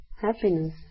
happiness